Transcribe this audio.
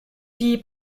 die